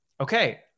okay